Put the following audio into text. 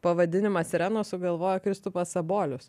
pavadinimą sirenos sugalvojo kristupas sabolius